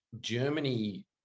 Germany